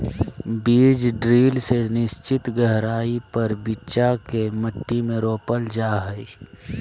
बीज ड्रिल से निश्चित गहराई पर बिच्चा के मट्टी में रोपल जा हई